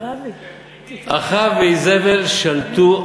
אחאב ואיזבל שלטו,